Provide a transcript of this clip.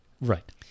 Right